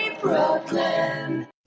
Brooklyn